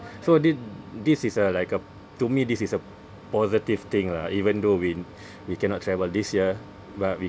so th~ this is a like a to me this is a positive thing lah even though we we cannot travel this year but we